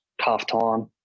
half-time